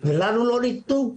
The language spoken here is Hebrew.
שלנו הם לא נתנו.